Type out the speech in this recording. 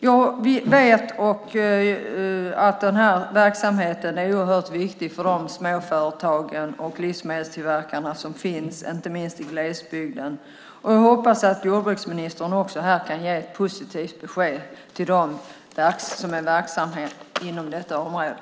Jag vet att verksamheten är oerhört viktig för de småföretag och livsmedelstillverkare som finns, inte minst i glesbygden. Jag hoppas att jordbruksministern här kan ge ett positivt besked till dem som är verksamma inom detta område.